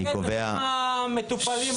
אני מתנגד בשם המטופלים.